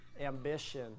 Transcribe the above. ambition